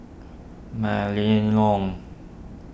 Mylene Ong